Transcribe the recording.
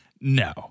No